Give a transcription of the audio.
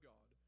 God